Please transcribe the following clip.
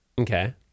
okay